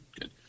good